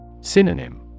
Synonym